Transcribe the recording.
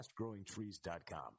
fastgrowingtrees.com